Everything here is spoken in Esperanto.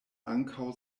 ankaŭ